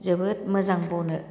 जोबोत मोजां ब'नो